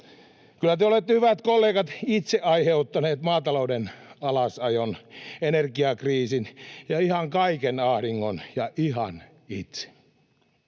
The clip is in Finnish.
Kyllä te olette, hyvät kollegat, itse aiheuttaneet maatalouden alasajon, energiakriisin ja ihan kaiken ahdingon — ihan itse.